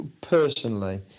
personally